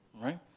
Right